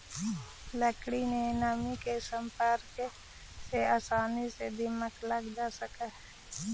लकड़ी में नमी के सम्पर्क में आसानी से दीमक आदि लग जा हइ